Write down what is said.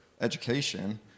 education